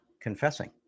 confessing